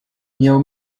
miał